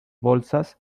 bolsas